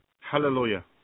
Hallelujah